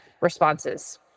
responses